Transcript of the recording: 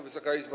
Wysoka Izbo!